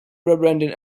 rebranding